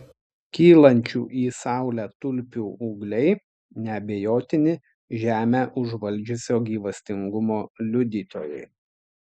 kylančių į saulę tulpių ūgliai neabejotini žemę užvaldžiusio gyvastingumo liudytojai